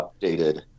updated